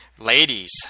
Ladies